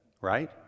right